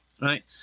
right